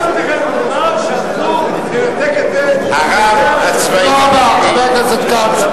הציבור נגד זה, הרב הצבאי הראשי, חבר הכנסת כץ,